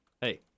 Hey